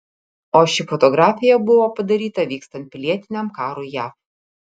o ši fotografija buvo padaryta vykstant pilietiniam karui jav